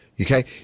okay